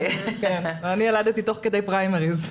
אני ילדתי תוך כדי פריימריז.